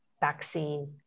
vaccine